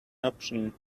option